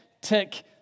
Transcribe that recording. tick